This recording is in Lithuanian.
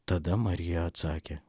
tada marija atsakė